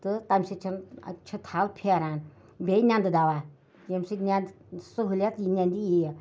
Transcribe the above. تہٕ تَمہِ سۭتۍ چھِنہٕ چھِ تھَل پھیران بیٚیہِ نٮ۪نٛدٕ دَوا ییٚمہِ سۭتۍ نٮ۪نٛدٕ سہوٗلیت یی نٮ۪نٛدِ یِیہِ